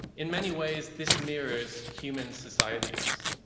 in many ways, this mirrors human societies.